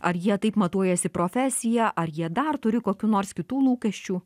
ar jie taip matuojasi profesiją ar jie dar turi kokių nors kitų lūkesčių